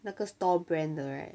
那个 store brand 的 right